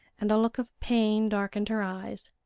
and a look of pain darkened her eyes,